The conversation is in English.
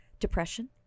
Depression